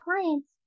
clients